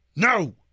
No